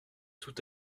tout